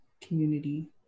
community